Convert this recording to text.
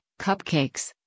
cupcakes